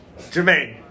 Jermaine